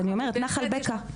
אז אני אומרת נחל בקע.